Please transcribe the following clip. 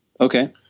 Okay